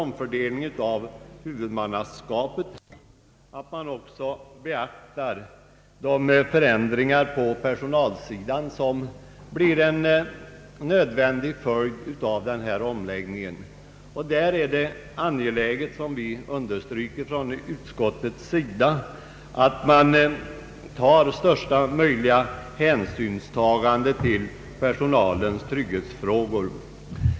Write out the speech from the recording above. Utbildningsministern har tagit upp detta i propositionen, och utskottet har ytterligare betonat vikten härav. Därvidlag är det angeläget — vilket utskottet också understryker — att största möjliga hänsyn tas till personalens trygghetsfrågor.